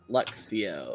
Luxio